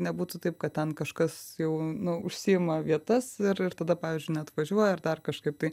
nebūtų taip kad ten kažkas jau nu užsiima vietas ir ir tada pavyzdžiui neatvažiuoja ar dar kažkaip tai